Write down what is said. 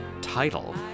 title